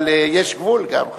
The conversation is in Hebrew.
אבל יש גבול, גם.